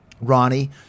Ronnie